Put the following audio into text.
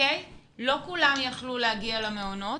לא כולם יכלו להגיע למעונות,